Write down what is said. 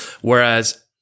whereas